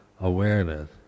awareness